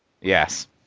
Yes